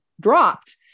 dropped